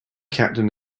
captain